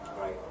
Right